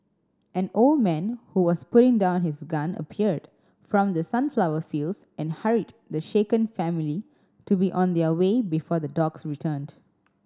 an old man who was putting down his gun appeared from the sunflower fields and hurried the shaken family to be on their way before the dogs returned